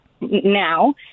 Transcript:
now